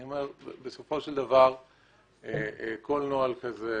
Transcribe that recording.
אני אומר שבסופו של דבר כל נוהל כזה